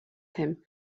him